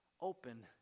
open